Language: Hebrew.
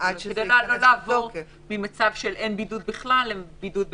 כדי לא לעבור ממצב שהם לא צריכים בידוד בכלל למצב של בידוד במלונית.